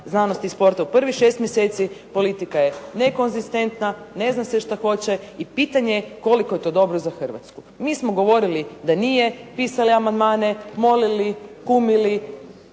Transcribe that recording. znanosti i sporta u prvih 6 mjeseci politika je nekonzistentna, ne zna se što hoće i pitanje je koliko je to dobro za Hrvatsku. Mi smo govorili da nije, pisali amandmane, molili, kumili,